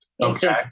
Okay